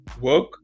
work